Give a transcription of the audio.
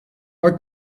our